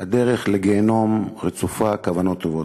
הדרך לגיהינום רצופה כוונות טובות.